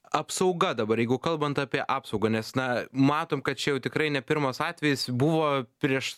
apsauga dabar jeigu kalbant apie apsaugą nes na matom kad čia jau tikrai ne pirmas atvejis buvo prieš